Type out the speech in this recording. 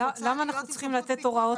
אדם זר -- למה אנחנו צריכים לתת הוראות